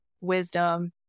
wisdom